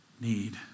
need